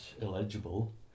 illegible